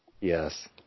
yes